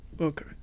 Okay